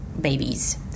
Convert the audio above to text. babies